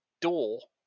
door